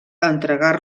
entregar